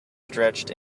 stretched